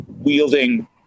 wielding